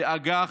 באג"ח,